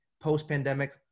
post-pandemic